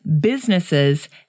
businesses